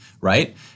right